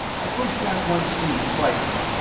i pushed back one sleeve slightly,